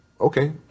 okay